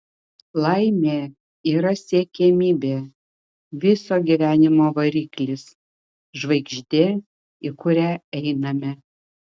laimė yra siekiamybė viso gyvenimo variklis žvaigždė į kurią einame